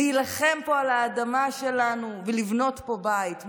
להילחם פה על האדמה שלנו ולבנות פה בית,